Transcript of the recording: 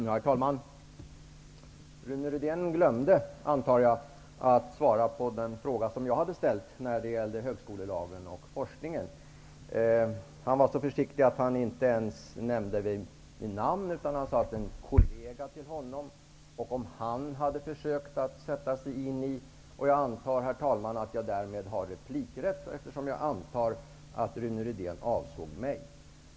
Herr talman! Jag antar att Rune Rydén glömde att svara på den fråga som jag ställde om högskolelagen och forskningen. Han var så försiktig att han inte ens nämnde mig vid namn, utan han talade bara om en kollega till honom. Jag förmodar, herr talman, att jag har replikrätt, eftersom jag antar att Rune Rydén avsåg mig.